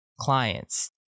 clients